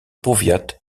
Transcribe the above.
powiat